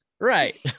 Right